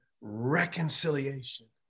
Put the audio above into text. reconciliation